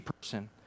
person